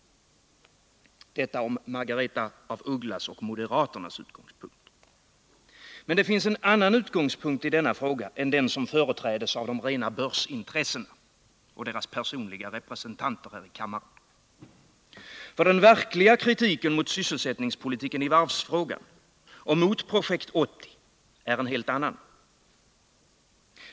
Detta om Margaretha af Ugglas och moderaternas utgångspunkt. Men det finns en annan utgångspunkt i denna fråga än den som företräds av de rena börsintressena och deras personliga representanter här i kamma ren. Ty den verkliga kritiken mot sysselsättningspolitiken i varvsfrågan och Nr 26 mot Projekt 80 är en helt annan.